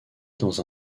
dans